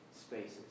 spaces